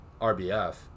RBF